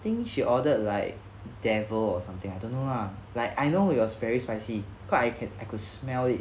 I think she ordered like devil or something I don't know lah like I know it was very spicy quite I can I could smell it